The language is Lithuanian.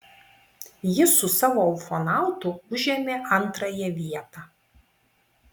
jis su savo ufonautu užėmė antrąją vietą